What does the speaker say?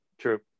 true